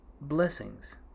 blessings